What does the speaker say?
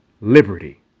liberty